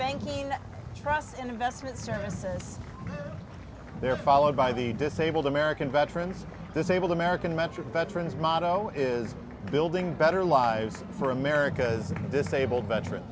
banking trusts and investment services they're followed by the disabled american veterans this able to merican metric veterans motto is building better lives for america's disabled veteran